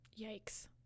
Yikes